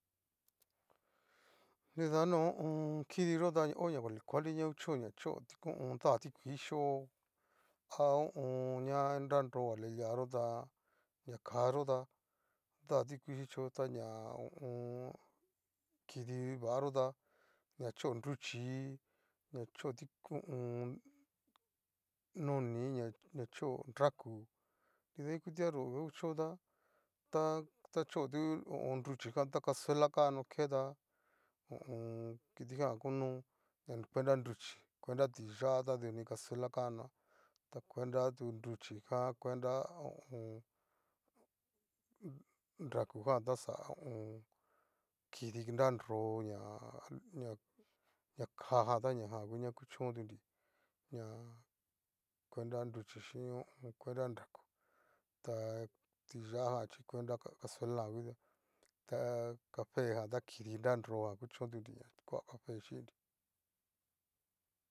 Nrida no ho o on. kidiyo ta o ña kuali kuali, ña kuchó ña chó da tikuii yi'o a ho o on.ña nraroga lialiaxóta ña ká yota da tikuii xhichio ta ña ho o on. kidi va yo'o ta ña chó nruchii ña chó ho o on. noni, ña chó nraku'u nridaikutiaxó kuchónta ta tachótu ho o on nruchí ta casuela kano keta ta ho o on. kitijan kono na kuenta nruchí kuenta ti ya'aa a duni casuela kano, ta cuenta tu nruchíjan, kuenta ho o on. nrakujan tá xa ho o on. kidii ñanro ña. ña-ña kaáajan ta ñajan kuchóntunrí ña cuenta nruchí chín ho o on. chín kuenta nraku ta ti'ya'aa jan chí cuenta casuelajan ngutua ta cafejan chí kidi nanrojan kuchóntunri ná, koa cafe shiinnri.